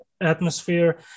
atmosphere